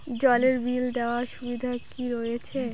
জলের বিল দেওয়ার সুবিধা কি রয়েছে?